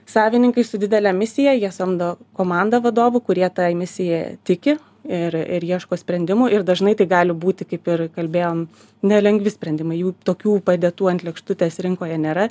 savininkai su didele misija jie samdo komandą vadovų kurie ta misija tiki ir ir ieško sprendimų ir dažnai tai gali būti kaip ir kalbėjom nelengvi sprendimai jų tokių padėtų ant lėkštutės rinkoje nėra